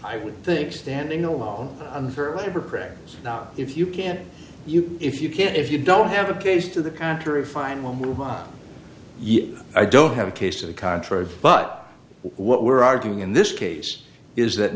i would think standing alone i'm very labor practices not if you can't you if you can't if you don't have a case to the contrary fine we'll move on you i don't have a case to the contrary but what we're arguing in this case is that